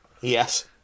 Yes